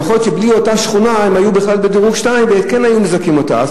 יכול להיות שבלי אותה שכונה הם היו בכלל בדירוג 2 וכן היו מזכים אותה.